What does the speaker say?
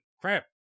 Crap